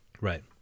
right